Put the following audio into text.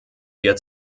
wir